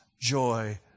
joy